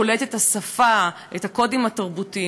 קולט את השפה, את הקודים התרבותיים.